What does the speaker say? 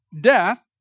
death